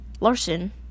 Larson